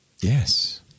Yes